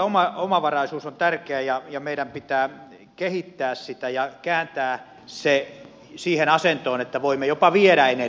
tämä energiaomavaraisuus on tärkeä ja meidän pitää kehittää sitä ja kääntää se siihen asentoon että voimme jopa viedä energiaa